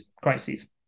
crises